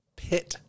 pit